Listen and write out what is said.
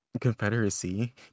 confederacy